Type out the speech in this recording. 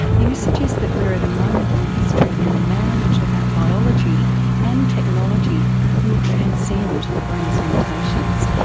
you suggest that we are at a moment in history when the marriage of our biology and technology will transcend the brain's limitations.